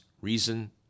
reason